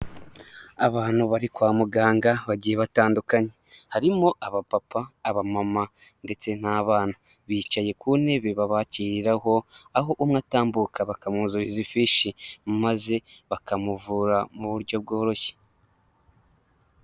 Abantu bari kwa muganga bagiye batandukanye, harimo abapapa, abamama, ndetse n'abana, bicaye ku ntebe babakiriraho aho umwe atambuka bakamwuzuriza ifishi maze bakamuvura mu buryo bworoshye.